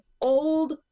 old